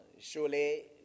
Surely